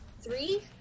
three